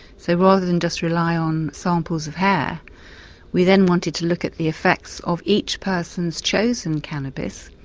so rather than just rely on samples of hair we then wanted to look at the effects of each person's chosen cannabis.